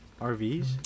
RVs